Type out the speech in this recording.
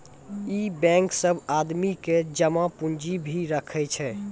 इ बेंक सब आदमी के जमा पुन्जी भी राखै छै